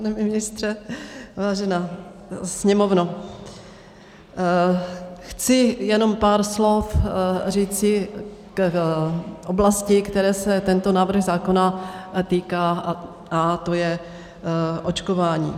Pane ministře, vážená sněmovno, chci jenom pár slov říci k oblasti, které se tento návrh zákona týká, a to je očkování.